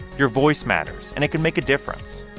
your voice matters, and it can make a difference.